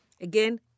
Again